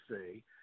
say